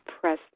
press